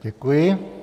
Děkuji.